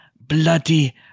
Bloody